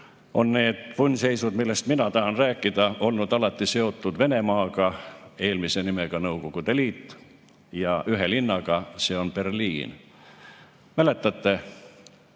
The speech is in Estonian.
on need punnseisud, millest mina tahan rääkida, olnud alati seotud Venemaaga, eelmise nimega Nõukogude Liit, ja ühe linnaga, see on Berliin. Mäletate